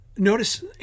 Notice